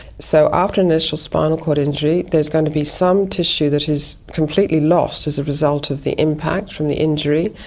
so after an initial spinal cord injury there's going to be some tissue that is completely lost as a result of the impact from the injury,